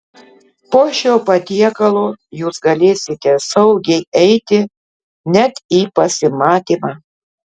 po šio patiekalo jūs galėsite saugiai eiti net į pasimatymą